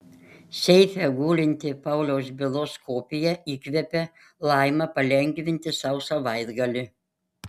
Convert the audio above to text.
seife gulinti pauliaus bylos kopija įkvepia laimą palengvinti sau savaitgalį